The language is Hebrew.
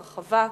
הרחבה),